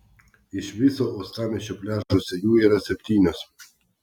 iš viso uostamiesčio pliažuose jų yra septynios